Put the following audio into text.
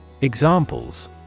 Examples